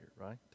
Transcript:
right